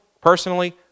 Personally